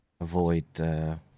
avoid